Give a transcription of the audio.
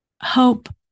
Hope